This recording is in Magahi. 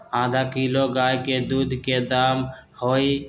आधा किलो गाय के दूध के का दाम होई?